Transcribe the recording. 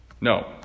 No